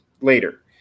later